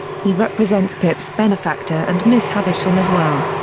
he represents pip's benefactor and miss havisham as well.